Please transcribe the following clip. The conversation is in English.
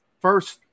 first